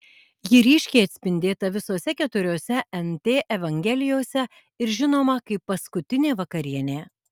ji ryškiai atspindėta visose keturiose nt evangelijose ir žinoma kaip paskutinė vakarienė